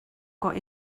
got